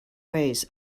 ways